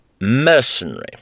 mercenary